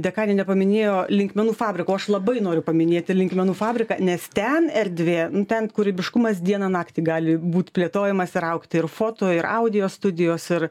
dekanė nepaminėjo linkmenų fabriko aš labai noriu paminėti linkmenų fabriką nes ten erdvė ten kūrybiškumas dieną naktį gali būt plėtojamas ir augti ir foto ir audijo studijos ir